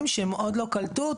זה לא נכון.